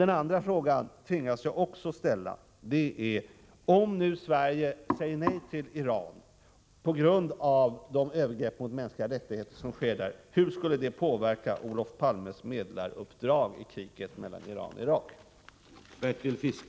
Den andra fråga jag tvingas ställa är: Om nu Sverige säger nej till Iran på grund av de övergrepp mot mänskliga rättigheter som där sker, hur skulle det påverka Olof Palmes medlaruppdrag i kriget mellan Iran och Irak?